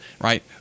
right